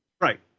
Right